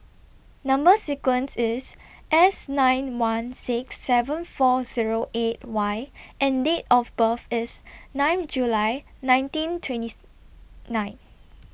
Number sequence IS S nine one six seven four Zero eight Y and Date of birth IS nine July nineteen twentieth nine